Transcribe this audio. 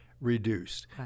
reduced